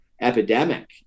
epidemic